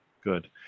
good